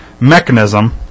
mechanism